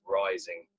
rising